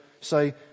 say